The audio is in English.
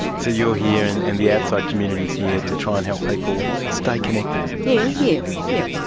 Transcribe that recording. so you're here and and the outside community is here to try and help people stay connected. yeah, yeah yeah